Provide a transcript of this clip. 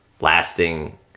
lasting